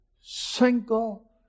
single